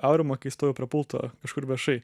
aurimo kai jis stovi prie pulto kažkur viešai